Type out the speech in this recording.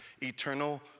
eternal